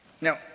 Now